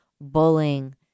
bullying